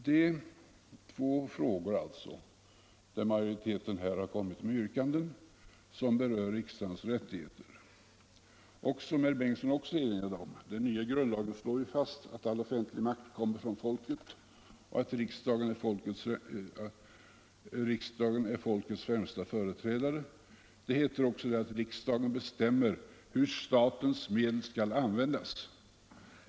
Det är alltså i två frågor som utskottsmajoritetens yrkanden berör riksdagens rättigheter. Som herr Bengtson också erinrade om slår den nya grundlagen fast att all offentlig makt kommer från folket och att riksdagen är folkets främsta företrädare. Det heter också att riksdagen bestämmer hur statens medel skall användas.